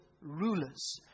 rulers